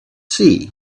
sea